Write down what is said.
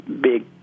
big